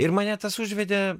ir mane tas užvedė